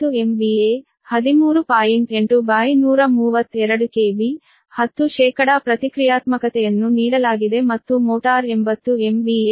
8132 KV 10 ಪ್ರತಿಕ್ರಿಯಾತ್ಮಕತೆಯನ್ನು ನೀಡಲಾಗಿದೆ ಮತ್ತು ಮೋಟಾರ್ 80 MVA 10